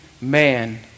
man